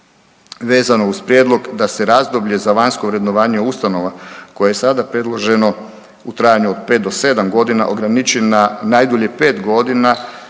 Vezano uz prijedlog da se razdoblje za vanjsko vrednovanje ustanova koje je sada predloženo u trajanju od 5 do 7 godina ograniči na najdulje 5 godina